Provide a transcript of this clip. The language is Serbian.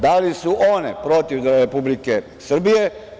Da li su one protiv Republike Srbije?